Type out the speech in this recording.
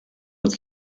uns